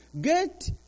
Get